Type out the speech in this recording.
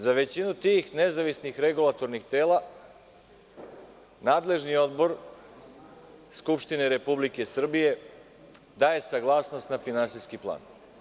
Za većinu tih nezavisnih regulatornih tela nadležni odbor Skupštine Republike Srbije daje saglasnost na finansijski plan.